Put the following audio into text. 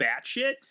batshit